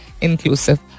inclusive